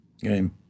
game